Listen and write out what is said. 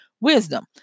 Wisdom